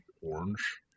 orange